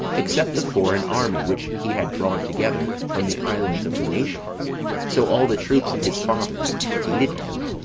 except the foreign army, which he had drawn together from the islands of the nations so all the troops of his fathers hated him.